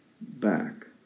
back